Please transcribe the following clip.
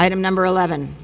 item number eleven